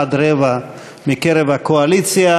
עד רבע מקרב הקואליציה,